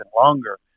longer